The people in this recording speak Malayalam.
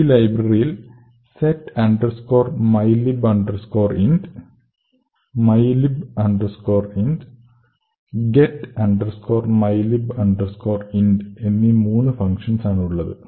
ഈ ലൈബ്രറിയിൽ set mylib int mylib int get mylib int എന്നീ മൂന്നു ഫങ്ഷൻസ് ആണുള്ളത്